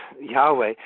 Yahweh